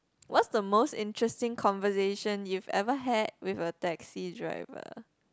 what's the most interesting conversation you've ever had with a taxi driver